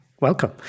Welcome